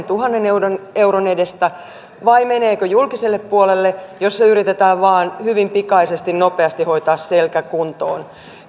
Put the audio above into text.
tuhannen euron euron edestä vai meneekö julkiselle puolelle jossa yritetään vain hyvin pikaisesti nopeasti hoitaa selkä kuntoon